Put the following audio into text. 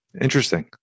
Interesting